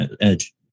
edge